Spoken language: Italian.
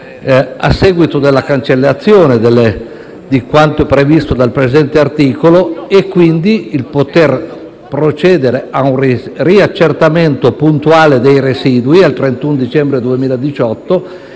a seguito della cancellazione di quanto previsto dal presente articolo e quindi la possibilità di procedere a un riaccertamento puntuale dei residui al 31 dicembre 2018.